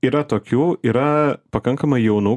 yra tokių yra pakankamai jaunų